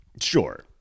Sure